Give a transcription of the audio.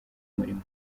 umurimo